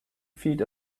feet